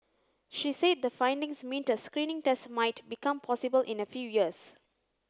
she said the findings meant a screening test might become possible in a few years